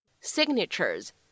signatures